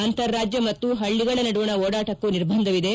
ಅಂತರ ರಾಜ್ಯ ಮತ್ತು ಹಳ್ಳಿಗಳ ನಡುವಣ ಓಡಾಟಕ್ಕೂ ನಿರ್ಬಂಧವಿದೆ